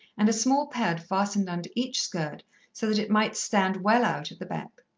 and a small pad fastened under each skirt so that it might stand well out at the back.